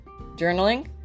journaling